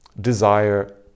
desire